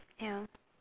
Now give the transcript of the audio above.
ya